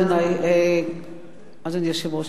אדוני היושב-ראש,